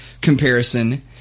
comparison